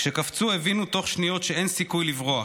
כשקפצו הבינו תוך שניות שאין סיכוי לברוח.